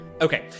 Okay